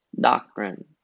doctrine